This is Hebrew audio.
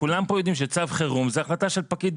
כולם פה יודעים שצו חירום זה החלטה של פקיד,